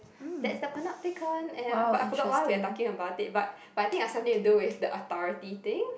that's the Panopticon and I for~ I forgot why we are talking about it but but I think it's something to do with the authority thing